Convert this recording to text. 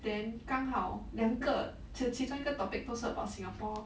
then 刚好两个其中一个 topic 都是 about singapore